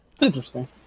interesting